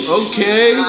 okay